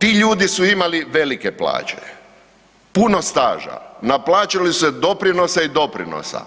Ti ljudi su imali velike plaće, puno staža, naplaćali su se doprinosa i doprinosa,